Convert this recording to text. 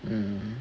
um